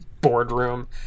boardroom